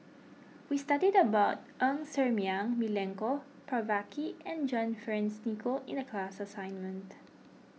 we studied about Ng Ser Miang Milenko Prvacki and John Fearns Nicoll in the class assignment